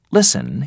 Listen